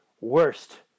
worst